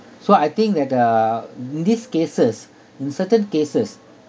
so I think that uh these cases in certain cases